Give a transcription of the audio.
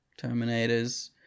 Terminators